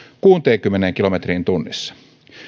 kuuteenkymmeneen kilometriin tunnissa